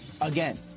again